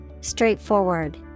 Straightforward